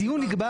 בנייה חדשה